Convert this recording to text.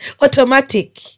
Automatic